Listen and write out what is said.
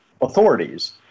authorities